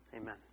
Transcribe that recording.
Amen